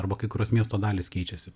arba kai kurios miesto dalys keičiasi